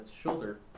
shoulder